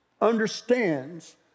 understands